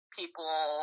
people